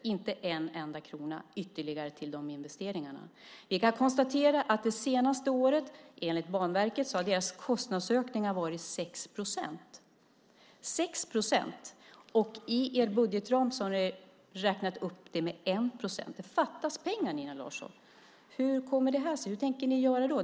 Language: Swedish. Vi kan konstatera att Banverkets kostnadsökningar under det senaste året enligt dem själva har varit 6 procent. 6 procent! I er budgetram har ni räknat upp det med 1 procent. Det fattas pengar, Nina Larsson! Hur kom-mer det här att se ut? Hur kommer ni att göra?